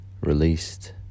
released